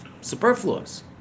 superfluous